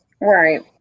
Right